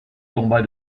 tomba